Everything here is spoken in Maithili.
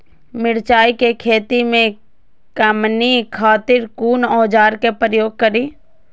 मिरचाई के खेती में कमनी खातिर कुन औजार के प्रयोग करी?